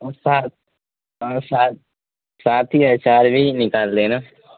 اور سات سات سات ہی اچار بھی نکال لینا